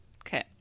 Okay